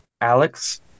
alex